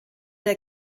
der